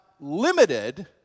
limited